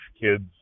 kids